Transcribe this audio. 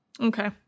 Okay